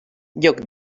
joc